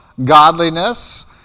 Godliness